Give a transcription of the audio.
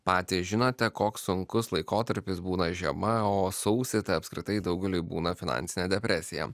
patys žinote koks sunkus laikotarpis būna žema o sausį apskritai daugeliui būna finansinė depresija